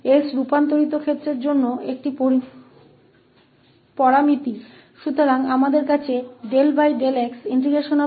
तो s रूपांतरित मामले के लिए एक पैरामीटर है